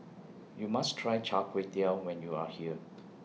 YOU must Try Char Kway Teow when YOU Are here